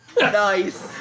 Nice